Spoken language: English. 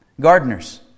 gardeners